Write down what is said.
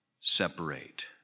separate